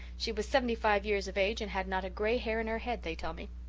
she was seventy-five years of age and had not a grey hair in her head, they tell me.